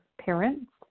parents